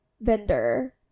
vendor